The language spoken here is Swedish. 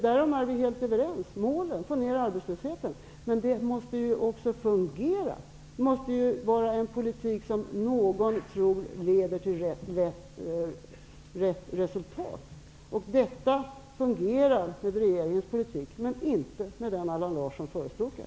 Vi är överens om målen och om att få ned arbetslösheten. Det måste emellertid också fungera. Man måste föra en politik som någon tror leder till rätt resultat. Det fungerar med regeringens politik, men inte med den politik som Allan Larsson förespråkar.